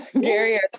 Gary